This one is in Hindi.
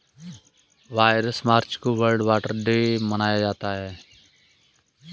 बाईस मार्च को वर्ल्ड वाटर डे मनाया जाता है